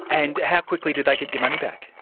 and how quickly did they get your money back?